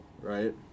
right